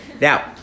Now